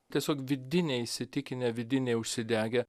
tiesiog vidiniai įsitikinę vidiniai užsidegę